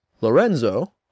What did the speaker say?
Lorenzo